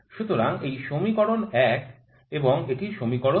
সুতরাং এটি সমীকরণ ১ এবং এটি সমীকরণ ২